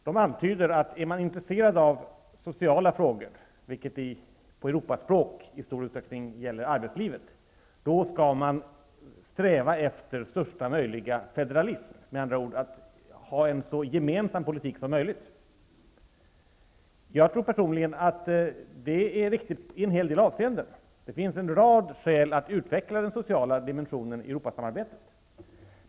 De antyder att om man är intresserad av sociala frågor, vilket på Europaspråk i stor utsträckning avser arbetslivet, skall man sträva efter största möjliga federalism, med andra ord efter att ha en så gemensam politik som möjligt. Jag tror personligen att det är riktigt i en hel del avseenden. Det finns en rad skäl att utveckla den sociala dimensionen i Europasamarbetet.